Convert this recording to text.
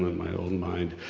my own mind.